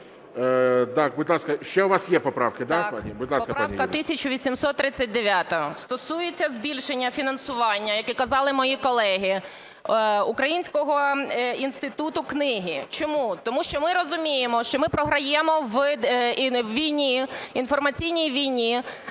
так? Будь ласка, пані Юлія. 11:46:01 КЛИМЕНКО Ю.Л. Так. Поправка 1839 стосується збільшення фінансування, як і казали мої колеги, Українського інституту книги. Чому? Тому що ми розуміємо, що ми програємо у війні, в інформаційній війні